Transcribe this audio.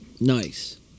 Nice